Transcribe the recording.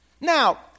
Now